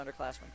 underclassmen